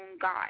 God